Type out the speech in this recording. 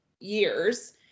years